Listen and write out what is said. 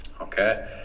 Okay